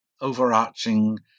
overarching